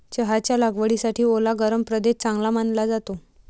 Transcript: चहाच्या लागवडीसाठी ओला गरम प्रदेश चांगला मानला जातो